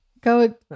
Go